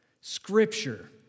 Scripture